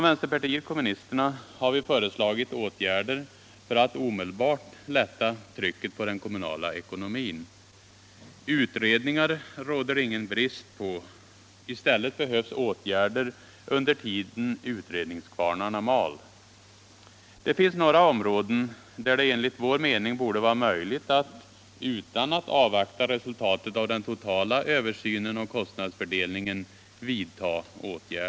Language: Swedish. Vänsterpartiet kommunisterna har föreslagit åtgärder för att omedelbart lätta trycket på den kommunala ekonomin. Utredningar råder det ingen brist på. I stället behövs åtgärder under tiden utredningskvarnarna mal. Det finns några områden där det enligt vår mening borde vara möjligt att vidta åtgärder utan att avvakta resultatet av den totala översynen av kostnadsfördelningen.